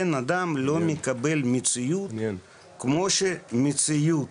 בן אדם לא מקבל מציאות כמו שהמציאות,